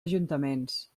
ajuntaments